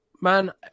Man